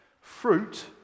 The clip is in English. Fruit